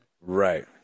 Right